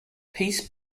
peace